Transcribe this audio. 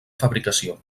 fabricació